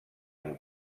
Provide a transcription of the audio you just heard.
amb